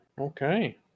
Okay